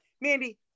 Mandy